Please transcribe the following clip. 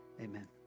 Amen